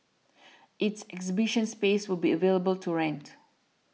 its exhibition space will be available to rent